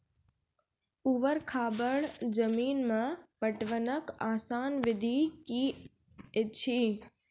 ऊवर खाबड़ जमीन मे पटवनक आसान विधि की ऐछि?